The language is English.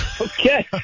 okay